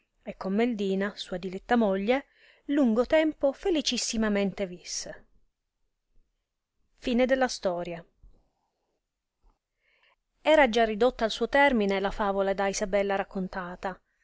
e con meldina sua diletta moglie lungo tempo felicissimamente visse era già ridotta al suo termine la favola da isabella raccontata